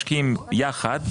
שמשקיעים יחד,